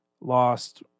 lost